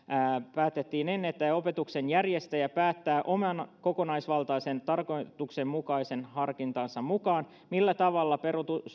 päätettiin että opetuksen järjestäjä päättää oman kokonaisvaltaisen tarkoituksenmukaisuusharkintansa mukaan millä tavalla